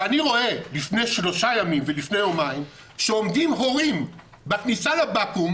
ואני רואה לפני שלושה ימים ולפני יומיים שעומדים הורים בכניסה לבקו"ם,